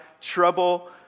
trouble